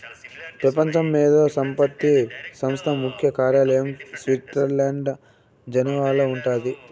పెపంచ మేధో సంపత్తి సంస్థ ముఖ్య కార్యాలయం స్విట్జర్లండ్ల జెనీవాల ఉండాది